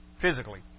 physically